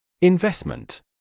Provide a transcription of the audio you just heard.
Investment